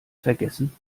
vergessen